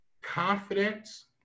confidence